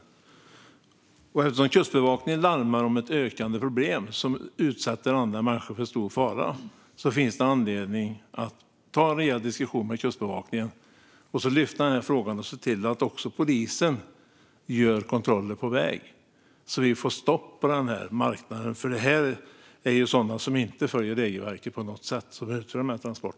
Eftersom Kustbevakningen larmar om ett ökande problem som utsätter människor för stor fara finns det anledning att ta en rejäl diskussion med Kustbevakningen, lyfta den här frågan och se till att polisen gör kontroller på väg, så att vi får stopp på den här marknaden. De som utför de här transporterna följer inte regelverket på något sätt.